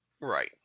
Right